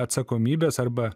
atsakomybės arba